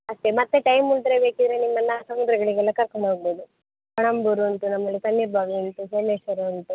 ಅಷ್ಟೇ ಮತ್ತೆ ಟೈಮ್ ಉಳಿದ್ರೆ ಬೇಕಿದ್ದರೆ ನಿಮ್ಮನ್ನು ಸಮುದ್ರಗಳಿಗೆಲ್ಲ ಕರ್ಕೊಂಡೋಗ್ಬೌದು ಪಣಂಬೂರು ಅಂತ ನಮ್ಮಲ್ಲಿ ತಣ್ಣೀರುಬಾವಿ ಉಂಟು ಸೋಮೇಶ್ವರ ಉಂಟು